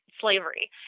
slavery